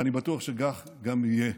ואני בטוח שכך גם יהיה.